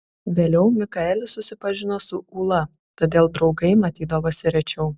vėliau mikaelis susipažino su ūla todėl draugai matydavosi rečiau